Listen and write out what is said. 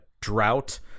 drought